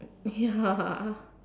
ya